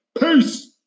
Peace